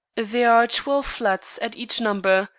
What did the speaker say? there are twelve flats at each number,